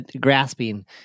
grasping